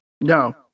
no